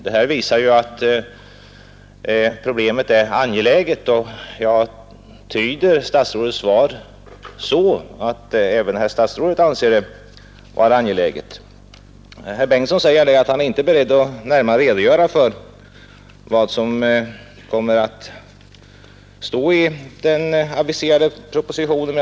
Det visar att problemet är angeläget, och jag tyder svaret så, att även herr statsrådet anser det vara angeläget. Herr Bengtsson säger att han inte är beredd att närmare redogöra för vad den aviserade propositionen kommer att innehålla.